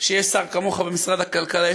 שיש שר כמוך במשרד הכלכלה.